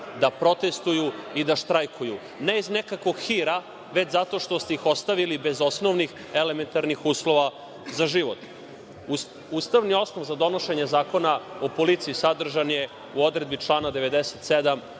da protestuju i da štrajkuju. Ne iz nekakvog hira, već zato što ste ih ostavili bez osnovnih, elementarnih, uslova za život. Ustavni osnov za donošenje Zakona o policiji sadržan je u odredbi člana 97